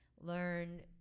learn